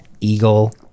eagle